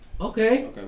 okay